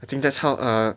I think that's how err